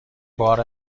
بار